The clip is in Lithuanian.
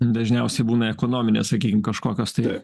dažniausiai būna ekonominės sakykim kažkokios tai